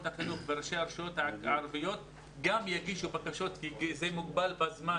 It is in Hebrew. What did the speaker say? החינוך וראשי הרשויות הערביות יגישו בקשות כי זה מוגבל בזמן.